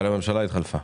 אבל הממשלה התחלפה.